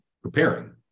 Preparing